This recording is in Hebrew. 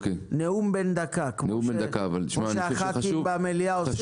נאום בן דקה, כמו שהח"כים במליאה עושים.